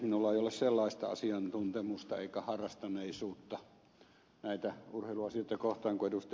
minulla ei ole sellaista asiantuntemusta eikä harrastuneisuutta näitä urheiluasioita kohtaan kuin ed